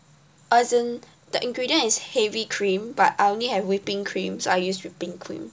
uh as in the ingredient is heavy cream but I only have whipping creams so I use whipping cream